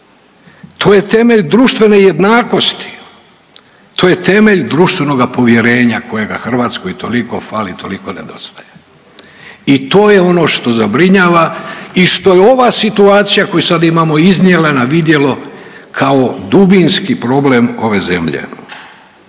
to je temelj društvene jednakosti, to je temelj društvenoga povjerenja kojega Hrvatskoj toliko fali, toliko nedostaje i to je ono što zabrinjava i što je ova situacija koju sad imamo iznijela na vidjelo kao dubinski problem ove zemlje.